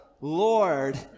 Lord